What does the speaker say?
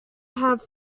have